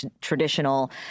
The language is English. traditional